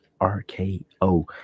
RKO